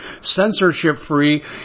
censorship-free